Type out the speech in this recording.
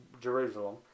Jerusalem